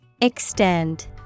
Extend